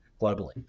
globally